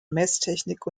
messtechnik